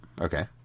okay